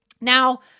Now